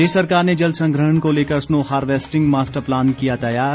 प्रदेश सरकार ने जल संग्रहण को लेकर रनो हार्वेस्टिंग मास्टर प्लान किया तैयार